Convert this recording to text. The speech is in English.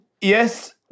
yes